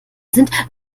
sind